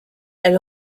elle